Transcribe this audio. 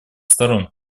сторон